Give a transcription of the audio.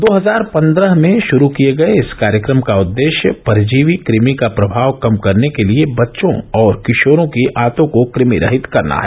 दो हजार पन्द्रह में रू किए गये इस कार्यक्रम का उददेश्य परिजीवी कमि का प्रभाव कम करने के लिए बच्चों और किशोरों की आंतों को कृभिरहित करना है